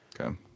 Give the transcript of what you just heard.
Okay